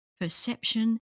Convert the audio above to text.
Perception